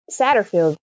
Satterfield